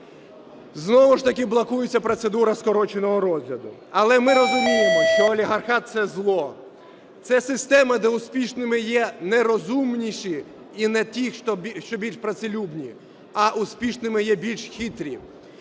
Знову ж таки блокується процедура скороченого розгляду. Але ми розуміємо, що олігархат – це зло, це система, де успішними є не розумніші і не ті, що більш працелюбні, а успішними є більш хитрі.